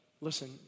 listen